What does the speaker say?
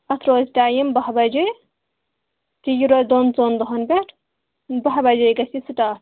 اتھ روزِ ٹایِم بَہہ بجے تہِ یہِ روزِ دۄن ژۄن دۄہَن پیٚٹھ بَہہ بَجے گژھِ یہِ سِٹاٹ